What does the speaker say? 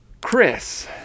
Chris